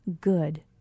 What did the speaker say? good